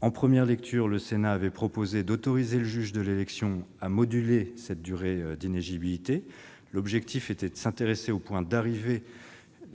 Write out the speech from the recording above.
En première lecture, le Sénat avait proposé d'autoriser le juge de l'élection à moduler la durée d'inéligibilité. L'objectif était de s'intéresser au « point d'arrivée »